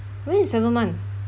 when is seventh month